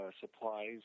supplies